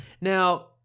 Now